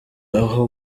aho